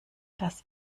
dass